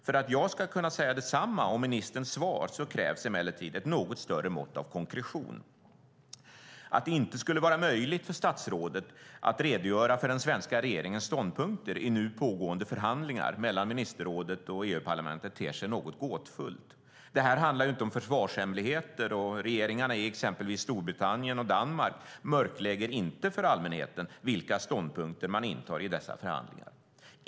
För att jag ska kunna säga detsamma om ministerns svar krävs emellertid ett något större mått av konkretion. Att det inte skulle vara möjligt för statsrådet att redogöra för den svenska regeringens ståndpunkter i nu pågående förhandlingar mellan ministerrådet och EU-parlamentet ter sig något gåtfullt. Detta handlar inte om försvarshemligheter. Regeringarna i exempelvis Storbritannien och Danmark mörklägger inte för allmänheten vilka ståndpunkter de intar i dessa förhandlingar.